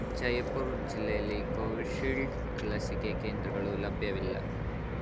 ಜಯಪುರ್ ಜಿಲ್ಲೆಯಲ್ಲಿ ಕೋವಿಶೀಲ್ಡ್ ಲಸಿಕೆ ಕೇಂದ್ರಗಳು ಲಭ್ಯವಿಲ್ಲ